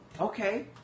Okay